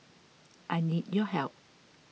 I need your help